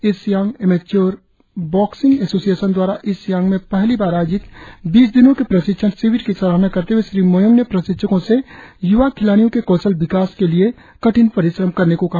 east Siang amateur boxing association द्वारा East Siang में पहली बार आयोजित बीस दिनो के प्रशिक्षण शिविर की सराहना करते हए श्री मोयोंग ने प्रशिक्षको से य्वा खिलाड़ियो के कौशल के विकास के लिए कठिन परिश्रम करने को कहा